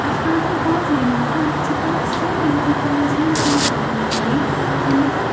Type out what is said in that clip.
اَسہِ چھِ پیٚوان تِم پانژوے نِنۍ تِم چھِ پیٚوان سرٚوگۍ لیکِن پیٚوان چھِ نِنۍ پانژوے نِنۍ مطلب